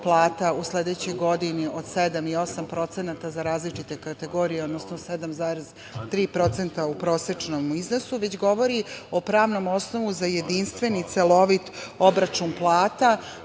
plata u sledećoj godini od 7% ili 8% za različite kategorije, odnosno 7,3% u prosečnom iznosu, već govori o pravnom osnovu za jedinstveni celovit obračun plata,